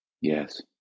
Yes